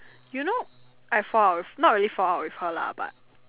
you know I fall out with not really fall out with her lah but